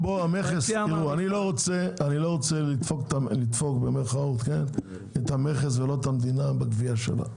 אני לא רוצה "לדפוק" את המכס ולא את המדינה עם הגבייה שלה.